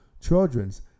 Childrens